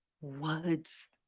words